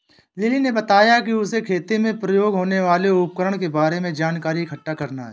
lily ने बताया कि उसे खेती में प्रयोग होने वाले उपकरण के बारे में जानकारी इकट्ठा करना है